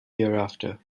hereafter